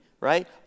right